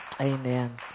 Amen